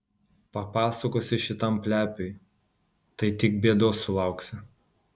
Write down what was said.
papasakosi šitam plepiui tai tik bėdos sulauksi